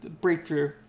breakthrough